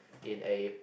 in a